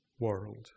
world